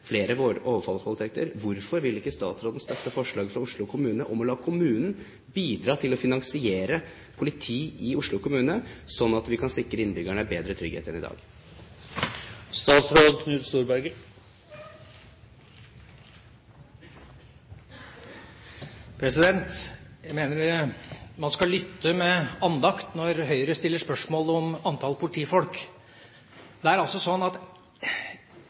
flere overfallsvoldtekter, er: Hvorfor vil ikke statsråden støtte forslaget fra Oslo kommune om å la kommunen bidra til å finansiere politi i Oslo kommune, slik at vi kan sikre innbyggerne bedre trygghet enn i dag? Jeg mener man skal lytte med andakt når Høyre stiller spørsmål om antall politifolk. Uansett hvor mye man vrir og vender på antall politifolk ute i politidistriktene, så er